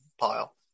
pile